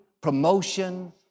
Promotion